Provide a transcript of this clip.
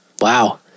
Wow